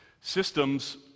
Systems